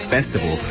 Festival